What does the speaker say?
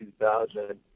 2000